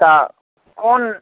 तऽ कोन